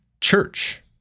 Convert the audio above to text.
church